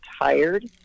tired